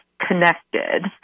connected